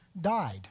died